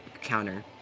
counter